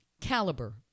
caliber